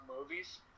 movies